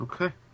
Okay